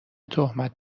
تهمت